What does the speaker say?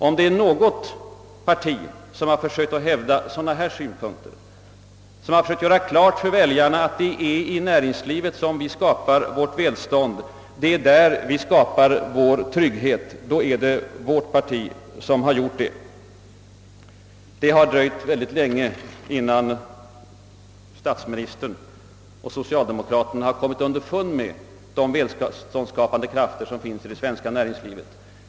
Om det är något parti som har försökt hävda sådana synpunkter och som har försökt göra klart för väljarna, att det är i näringslivet som vårt välstånd och vår trygghet skapas, så är det vårt parti. Det har dröjt länge, innan socialdemokraterna kommit underfund med att de välståndsskapande krafterna finns i det svenska näringslivet.